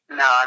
no